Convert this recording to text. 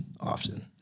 often